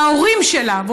וההורים שלה,